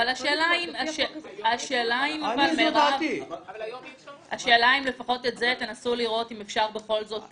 אבל השאלה היא אם תנסו לראות לפחות אם אפשר את זה בכל זאת,